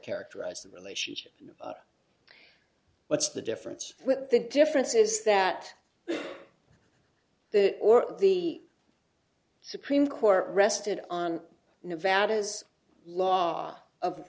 characterize the relationship what's the difference the difference is that the or the supreme court rested on nevada's law of